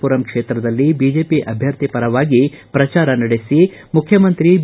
ಪುರ ಕ್ಷೇತ್ರದಲ್ಲಿ ಬಿಜೆಪಿ ಅಭ್ಞರ್ಥಿ ಪರವಾಗಿ ಪ್ರಚಾರ ನಡೆಸಿ ಮುಖ್ಯಮಂತ್ರಿ ಬಿ